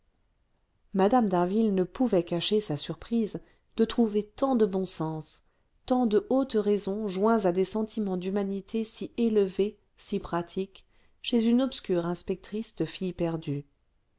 mme d'harville ne pouvait cacher sa surprise de trouver tant de bon sens tant de haute raison joints à des sentiments d'humanité si élevés si pratiques chez une obscure inspectrice de filles perdues